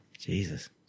Jesus